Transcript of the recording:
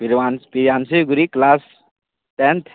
प्रिय Priyanshu Giri class tenth